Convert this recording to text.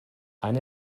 ein